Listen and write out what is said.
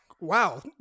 wow